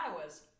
Iowa's